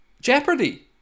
jeopardy